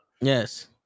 Yes